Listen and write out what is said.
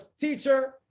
teacher